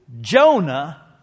Jonah